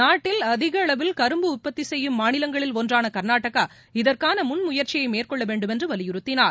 நாட்டில் அதிக அளவில் கரும்பு உற்பத்தி செய்யும் மாநிவங்களில் ஒன்றான கர்நாடகா இதற்கான முன்முயற்சியை மேற்கொள்ள வேண்டும் என்று வலியுறுத்தினார்